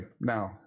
Now